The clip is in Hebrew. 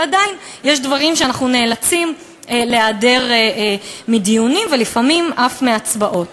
ועדיין יש דברים ואנחנו נאלצים להיעדר מדיונים ולפעמים אף מהצבעות.